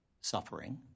suffering